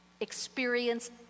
experience